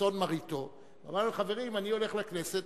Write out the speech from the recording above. לצאן מרעיתו ואומר להם: חברים, אני הולך לכנסת